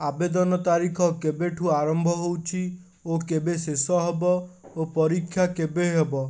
ଆବେଦନ ତାରିଖ କେବେଠୁ ଆରମ୍ଭ ହେଉଛି ଓ କେବେ ଶେଷ ହେବ ଓ ପରୀକ୍ଷା କେବେ ହେବ